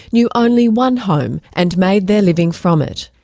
knew only one home and made their living from it.